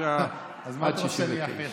מ-1959 עד 1969. אז מה אתה רוצה שאני אאחל?